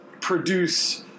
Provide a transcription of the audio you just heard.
produce